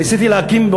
ניסיתי להקים,